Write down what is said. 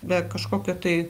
be kažkokio tai